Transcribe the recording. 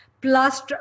plus